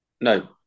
no